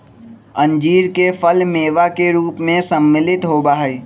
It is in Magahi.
अंजीर के फल मेवा के रूप में सम्मिलित होबा हई